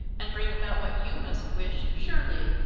and bring about what you must wish, surely?